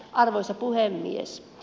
arvoisa puhemies